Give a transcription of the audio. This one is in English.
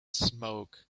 smoke